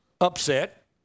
upset